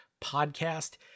Podcast